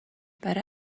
برای